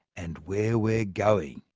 and where we're going.